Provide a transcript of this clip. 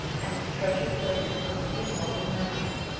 and treasure-place of immortal memory.